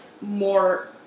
more